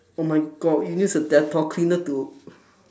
oh my god you use the dettol cleaner to